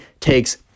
takes